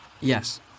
Yes